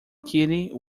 kitty